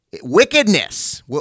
Wickedness